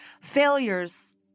failures